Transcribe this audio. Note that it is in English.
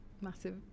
massive